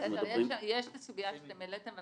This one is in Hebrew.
יש את הסוגיה שאתם העליתם.